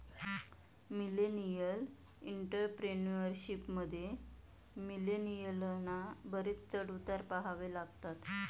millennial entrepreneurship मध्ये, मिलेनियलना बरेच चढ उतार पहावे लागतात